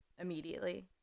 immediately